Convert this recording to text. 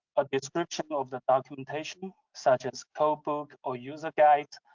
a description of the documentation such as codebook or user guide,